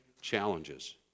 challenges